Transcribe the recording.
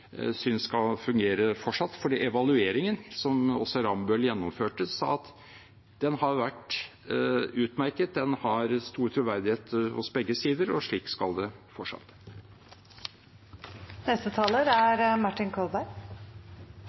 synes skal fungere fortsatt, for evalueringen – som også Rambøll gjennomførte – sa at den har vært utmerket og har stor troverdighet hos begge sider, og slik skal den fortsatt